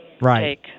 Right